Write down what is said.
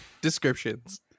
descriptions